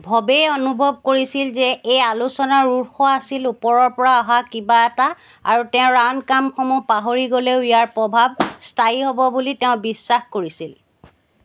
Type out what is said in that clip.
ভৱেই অনুভৱ কৰিছিল যে এই আলোচনাৰ উৎস আছিল ওপৰৰ পৰা অহা কিবা এটা আৰু তেওঁৰ আন কাম সমূহ পাহৰি গ'লেও ইয়াৰ প্ৰভাৱ স্থায়ী হ'ব বুলি তেওঁ বিশ্বাস কৰিছিল